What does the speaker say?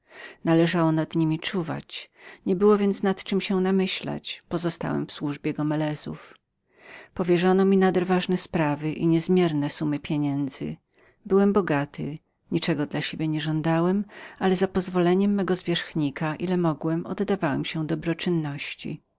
należało ich opuszczać niebyło więc nad czem namyślać się pozostałem w służbie gomelezów powierzono mi nader ważne sprawy i niezmierne summy pieniędzy do rozporządzenia byłem bogatym niczego dla siebie nie żądałem ale za pozwoleniem mego zwierzchnika ile mogłem oddawałem się dobroczynności